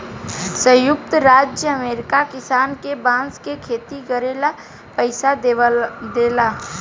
संयुक्त राज्य अमेरिका किसान के बांस के खेती करे ला पइसा देला